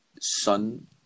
sun